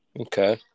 Okay